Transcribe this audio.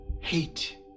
hate